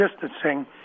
distancing